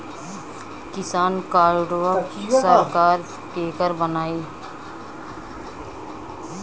किसान कार्डवा सरकार केकर बनाई?